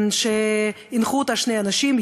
שהנחו אותה שני אנשים,